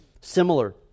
similar